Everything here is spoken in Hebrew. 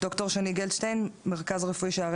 דוקטור ג'ני גולדשטיין, מרכז רפואי שערי